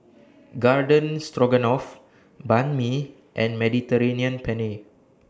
Garden Stroganoff Banh MI and Mediterranean Penne